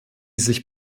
sich